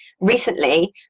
recently